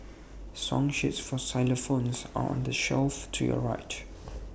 song sheets for xylophones are on the shelf to your right